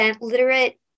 literate